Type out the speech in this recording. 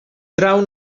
trau